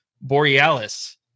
Borealis